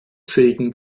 segen